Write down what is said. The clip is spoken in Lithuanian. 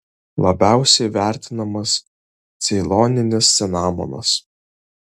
labiausiai vertinamas ceiloninis cinamonas